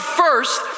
first